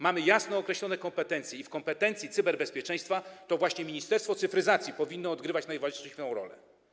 Mamy jasno określone kompetencje i w kompetencji cyberbezpieczeństwa to właśnie Ministerstwo Cyfryzacji powinno odgrywać najważniejszą rolę.